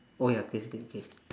oh ya crazy thing K